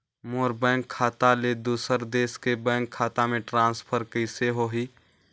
मोर bank खाता ले दुसर देश के बैंक खाता मे ट्रांसफर कइसे होही?